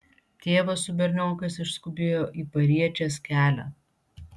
tėvas su berniokais išskubėjo į pariečės kelią